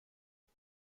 بار